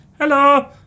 hello